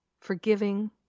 forgiving